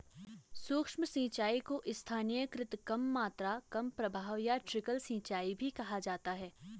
सूक्ष्म सिंचाई को स्थानीयकृत कम मात्रा कम प्रवाह या ट्रिकल सिंचाई भी कहा जाता है